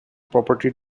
property